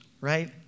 right